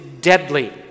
deadly